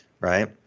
right